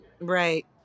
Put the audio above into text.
Right